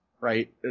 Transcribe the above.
right